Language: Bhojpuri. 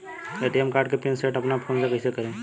ए.टी.एम कार्ड के पिन सेट अपना फोन से कइसे करेम?